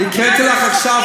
הקראתי לך עכשיו